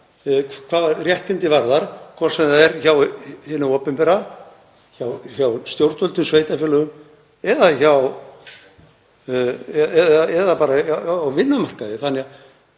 hvað réttindi varðar, hvort sem það er hjá hinu opinbera, stjórnvöldum, sveitarfélögum eða á vinnumarkaði.